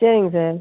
சரிங்க சார்